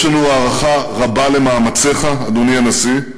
יש לנו הערכה רבה למאמציך, אדוני הנשיא,